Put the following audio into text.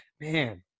man